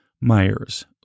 Myers